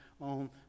on